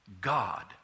God